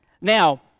Now